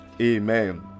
Amen